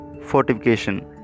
fortification